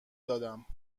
دادم